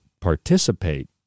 participate